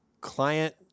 client